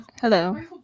hello